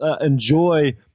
enjoy